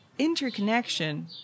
Interconnection